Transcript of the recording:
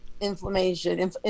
inflammation